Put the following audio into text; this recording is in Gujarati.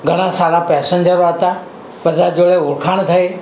ઘણા સારા પેસેન્જરો હતા બધા જોડે ઓળખાણ થઈ